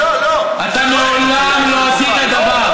לא, לא,